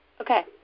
Okay